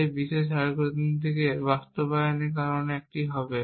সেই বিশেষ অ্যালগরিদমটির বাস্তবায়নের কারণে এটি হবে